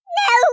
no